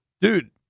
Dude